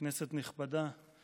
כנסת נכבדה,